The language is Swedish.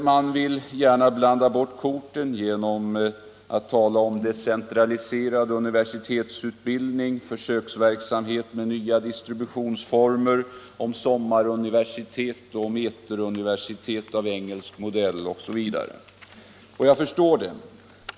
Man vill gärna blanda bort korten genom att tala om decentraliserad universitetsutbildning, försöksverksamhet med nya distributionsformer, om sommaruniversitet och eteruniversitet av engelsk modell osv. Och jag förstår dem.